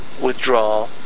withdraw